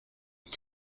die